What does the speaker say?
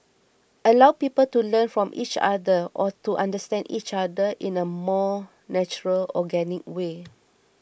allow people to learn from each other or to understand each other in a more natural organic way